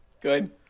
Good